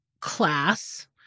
class